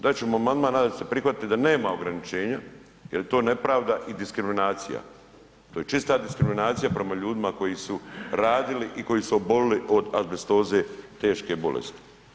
Dat ćemo amandman da se prihvati da nema ograničenja jer je to nepravda i diskriminacija, to je čista diskriminacija prema ljudima koji su radili i koji su obolili od azbestoze, teške bolesti.